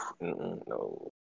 No